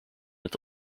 het